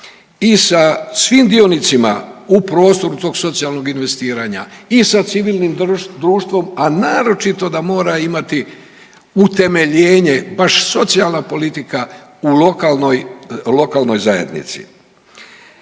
i sa svim dionicima u prostoru tog socijalnog investiranja i sa civilnim društvom, a naročito da mora imati utemeljenje baš socijalna politika u lokalnoj, lokalnoj